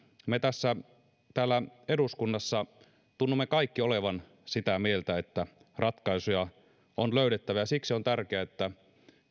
me täällä eduskunnassa tunnumme kaikki olevan sitä mieltä että ratkaisuja on löydettävä ja siksi on tärkeää että